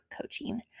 coaching